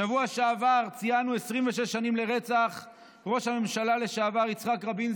בשבוע שעבר ציינו 26 שנים לרצח ראש הממשלה לשעבר יצחק רבין,